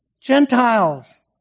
Gentiles